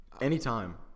anytime